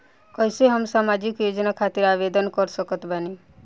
कैसे हम सामाजिक योजना खातिर आवेदन कर सकत बानी?